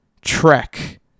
trek